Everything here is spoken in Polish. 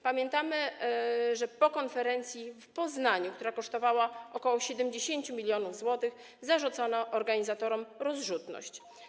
Pamiętamy, że po konferencji w Poznaniu, która kosztowała ok. 70 mln zł, zarzucono organizatorom rozrzutność.